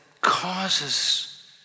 causes